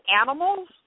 animals